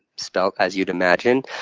spelled as you'd imagine.